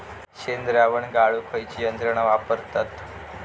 शेणद्रावण गाळूक खयची यंत्रणा वापरतत?